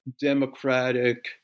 democratic